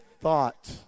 thought